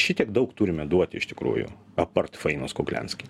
šitiek daug turime duoti iš tikrųjų apart fainos kuklianski